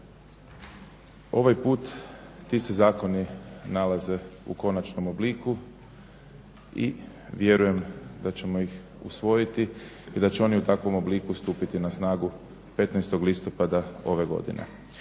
Ovaj put ti se zakoni nalaze u konačnom obliku i vjerujem da ćemo ih usvojiti i da će oni u takvom obliku stupiti na snagu 15. listopada ove godine.